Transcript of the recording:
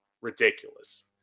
ridiculous